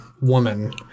woman